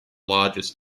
largest